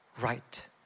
right